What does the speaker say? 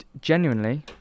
genuinely